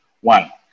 One